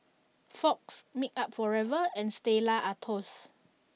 Fox Makeup Forever and Stella Artois